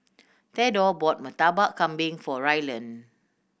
Thedore bought Murtabak Kambing for Rylan